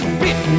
bit